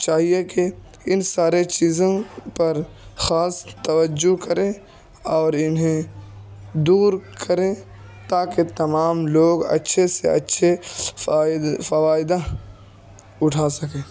چاہیے کہ ان سارے چیزوں پر خاص توجہ کرے اور انہیں دور كریں تا كہ تمام لوگ اچّھے سے اچّھے فائدہ اٹھا سكیں